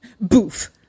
boof